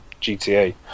GTA